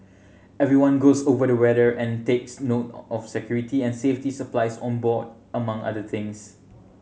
everyone goes over the weather and takes note of security and safety supplies on board among other things